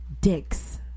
dicks